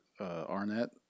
Arnett